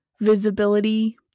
visibility